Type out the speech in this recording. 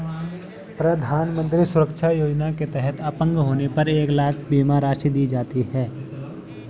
प्रधानमंत्री सुरक्षा योजना के तहत अपंग होने पर एक लाख बीमा राशि दी जाती है